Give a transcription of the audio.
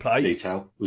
detail